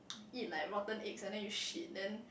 eat like rotten eggs and then you shit then